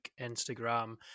Instagram